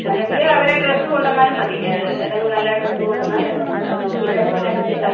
അല്ലെങ്കിൽ അവരുടെ ഡ്രെസ്സ് കൊണ്ടുവന്നാലും മതി ഏതെങ്കിലും നല്ല ഡ്രെസ്സ് കൊണ്ടുവന്നാൽ അത് നോക്കിയിട്ട് അതുപോലെ അടിച്ച് തരാം